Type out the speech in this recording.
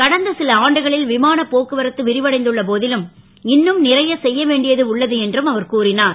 கடந்த சில ஆண்டுகளில் விமானப் போக்குவரத்து விரிவடைந்துள்ள போ லும் இன்னும் றைய செ ய வேண்டியது உள்ளது என்று அவர் கூறினார்